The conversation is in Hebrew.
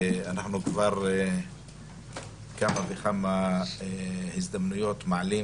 אנחנו כבר בכמה וכמה הזדמנויות מעלים